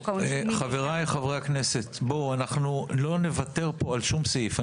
חבריי חברי הכנסת, לא נוותר פה על שום סעיף.